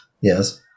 Yes